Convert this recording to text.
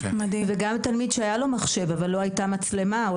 וגם תלמיד שהיה לו מחשב אבל לא היתה מצלמה או